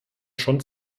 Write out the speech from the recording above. schon